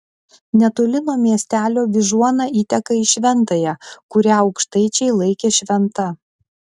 netoli nuo miestelio vyžuona įteka į šventąją kurią aukštaičiai laikė šventa